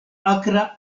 akra